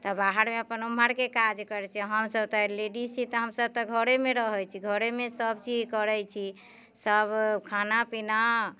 तऽ बाहरमे अपन ओमहरके काज हमसभ तऽ लेडिज छियै तऽ हमसभ तऽ घरेमे रहै छियै घरेमे सभचीज करै छी सभ खाना पीना